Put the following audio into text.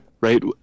right